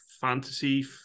fantasy